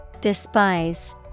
despise